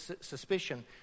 suspicion